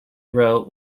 wrote